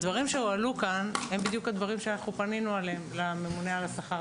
הדברים שהועלו כאן הם בדיוק הדברים שאנחנו פנינו עליהם לממונה על השכר,